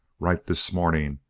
right this morning,